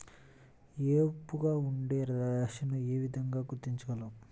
ఏపుగా ఉండే దశను ఏ విధంగా గుర్తించగలం?